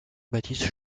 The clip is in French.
baptiste